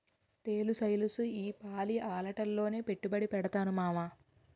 తెలుస్తెలుసు ఈపాలి అలాటాట్లోనే పెట్టుబడి పెడతాను మావా